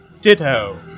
ditto